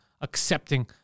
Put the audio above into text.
accepting